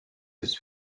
was